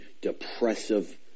depressive